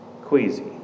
queasy